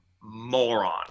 moron